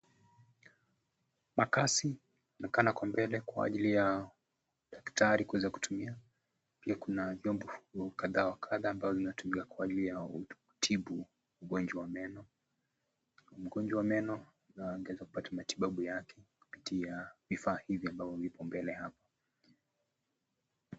Makasi, inaonekana kwa mbele kwa ajili ya, daktari kuweza kutumia, pia kuna vyombo kadhaa wa kadha ambayo inatumiwa kwa ajili ya, kutibu, ugonjwa wa meno, mgonjwa wa meno, angeweza pata matibabu yake, kupitia, vifaa hivi ambavyo vipo mbele hapa.